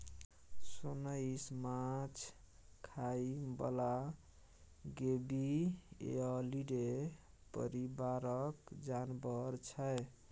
सोंइस माछ खाइ बला गेबीअलीडे परिबारक जानबर छै